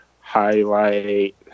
highlight